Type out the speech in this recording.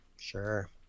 Sure